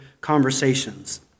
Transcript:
Conversations